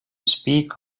speak